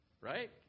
Right